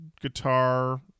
guitar